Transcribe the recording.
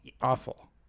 awful